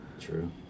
True